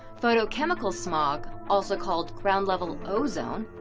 photochemical smog, also called ground level ozone,